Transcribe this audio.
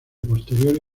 posterior